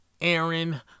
Aaron